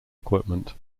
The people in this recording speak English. equipment